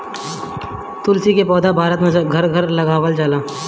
तुलसी के पौधा भारत में घर घर लगावल जाला